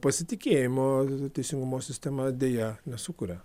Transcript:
pasitikėjimo teisingumo sistema deja nesukuria